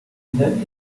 deni